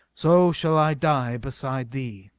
so shall i die beside thee.